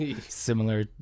Similar